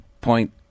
point